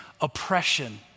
oppression